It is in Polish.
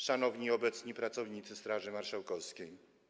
Szanowni obecni pracownicy Straży Marszałkowskiej!